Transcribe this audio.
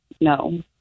No